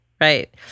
Right